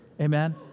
Amen